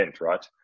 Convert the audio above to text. right